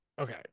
Okay